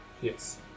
Yes